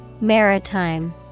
Maritime